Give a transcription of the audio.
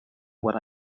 when